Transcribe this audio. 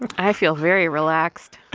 and i feel very relaxed